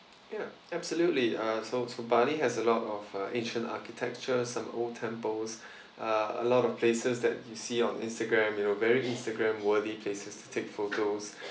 ya absolutely uh so so bali has a lot of uh ancient architecture some old temples uh a lot of places that you see on instagram you know very instagram worthy places to take photos